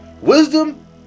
Wisdom